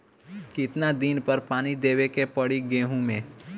कितना दिन पर पानी देवे के पड़ी गहु में?